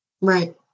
Right